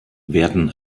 werden